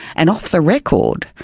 and, off the record,